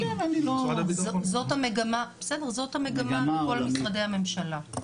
זאת המגמה בכל משרדי הממשלה.